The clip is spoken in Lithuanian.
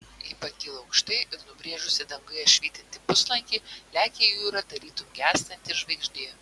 ji pakyla aukštai ir nubrėžusi danguje švytintį puslankį lekia į jūrą tarytum gęstanti žvaigždė